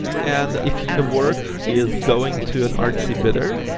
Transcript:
and if a work is going to an artsy bidder,